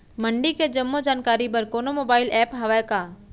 मंडी के जम्मो जानकारी बर कोनो मोबाइल ऐप्प हवय का?